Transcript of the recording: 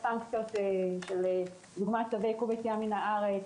סנקציות דוגמת צווי עיכוב יציאה מהארץ,